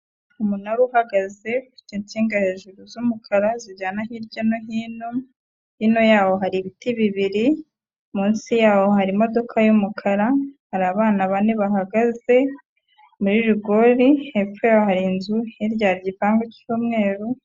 Umunara uhagaze ufite insinga hejuru z'umukara zijyana hirya no hino, hino yawo hari ibiti bibiri, munsi yawo hari imodoka y'umukara, hari abana bane bahagaze muri rigori, hepfo yawo hari inzu, hirya hari igipangu cy'umweru.